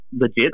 legit